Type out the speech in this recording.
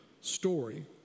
story